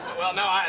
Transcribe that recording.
well, no,